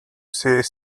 see